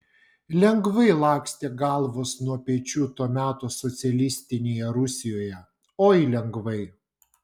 lengvai lakstė galvos nuo pečių to meto socialistinėje rusijoje oi lengvai